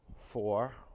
Four